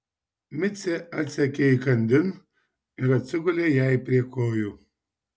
micė atsekė įkandin ir atsigulė jai prie kojų